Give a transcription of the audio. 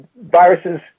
viruses